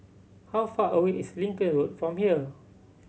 how far away is Lincoln Road from here